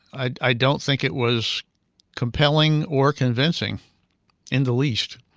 i i don't think it was compelling or convincing in the least.